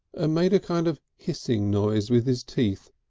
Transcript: ah made a kind of hissing noise with his teeth,